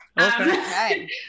okay